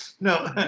no